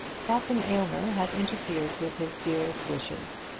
captain aylmer had interfered with his dearest wishes,